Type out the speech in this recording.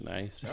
Nice